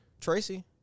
Tracy